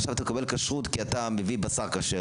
עכשיו תקבל כשרות כי אתה מביא בשר כשר,